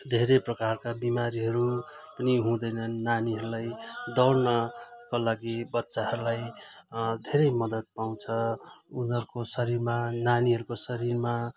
धेरै प्रकारका बिमारीहरू पनि हुँदैनन् नानीहरूलाई दौडनका लागि बच्चाहरूलाई धेरै मदत पाउँछ उनीहरूको शरीरमा नानीहरूको शरीरमा